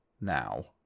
now